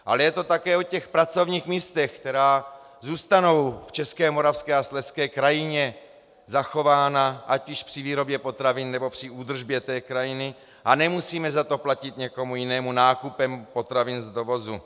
Ale je to také o těch pracovních místech, která zůstanou v české, moravské a slezské krajině zachována ať již při výrobě potravin, nebo při údržbě té krajiny, a nemusíme za to platit někomu jinému nákupem potravin z dovozu.